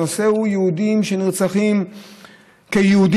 הנושא הוא יהודים שנרצחים כיהודים,